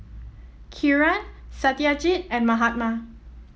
Kiran Satyajit and Mahatma